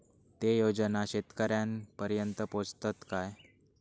ते योजना शेतकऱ्यानपर्यंत पोचतत काय?